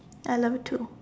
I love you too